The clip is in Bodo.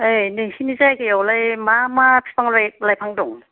ओइ नोंसिनि जायगायावलाय मा मा बिफां लाइफां दं